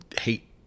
hate